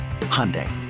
Hyundai